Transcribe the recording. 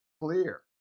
clear